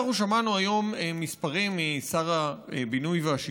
אנחנו שמענו היום מספרים משר הבינוי והשיכון: